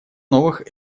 новых